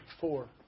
four